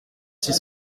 six